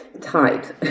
tight